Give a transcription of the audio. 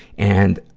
and,